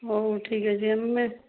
ହଉ ଠିକ୍ ଅଛି ଆମେ